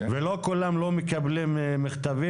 ולא כולם לא מקבלים מכתבים,